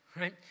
right